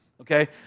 okay